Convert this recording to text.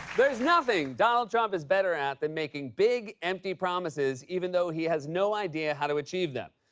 there's nothing donald trump is better at than making big, empty promises even though he has no idea how to achieve them.